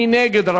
מי נגד?